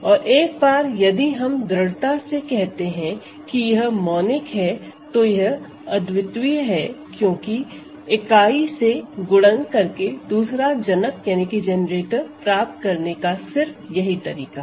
और एक बार यदि हम दृढ़ता से कहते हैं कि यह मोनिक है तो यह अद्वितीय हैं क्योंकि इकाई से गुणन करके दूसरा जनक प्राप्त करने का सिर्फ यही तरीका है